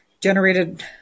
generated